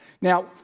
now